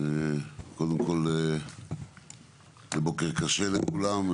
בוקר טוב לכולם, קודם כל, זה בוקר קשה לכולם.